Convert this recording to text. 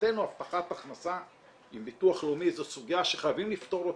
מבחינתנו הבטחת הכנסה עם ביטוח לאומי זו סוגיה שחייבים לפתור אותה.